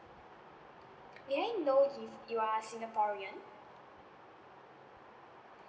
may I know if you are singaporean